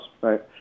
right